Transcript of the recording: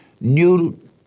new